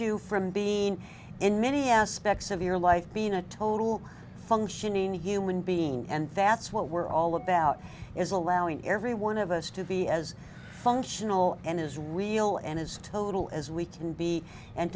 you from being in many aspects of your life being a total functioning human being and that's what we're all about is allowing every one of us to be as functional and is real and as total as we can be and